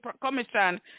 commission